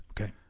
Okay